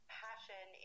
passion